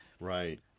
Right